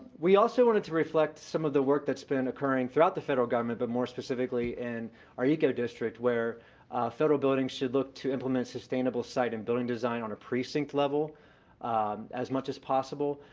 we also wanted to reflect some of the work that's been occurring throughout the federal government, but more specifically in and our eco district where federal buildings should look to implement sustainable site and building design on a precinct level as much as possible.